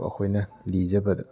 ꯑꯈꯣꯏꯅ ꯂꯤꯖꯕꯗ